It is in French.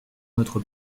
notre